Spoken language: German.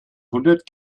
hundert